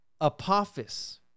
Apophis